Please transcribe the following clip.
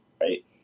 right